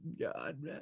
God